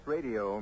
Radio